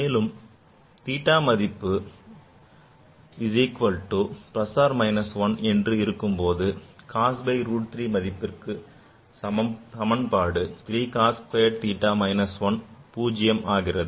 மேலும் theta மதிப்பு theta is equal to plus or minus 1 என்று இருக்கும்போது cos by root 3 மதிப்பிற்கு சமன்பாடு 3 cos squared theta minus 1 பூஜ்ஜியம் ஆகிறது